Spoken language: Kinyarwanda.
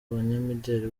banyamideli